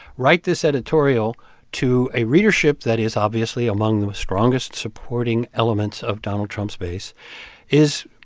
write this editorial to a readership that is obviously among the strongest supporting elements of donald trump's base is,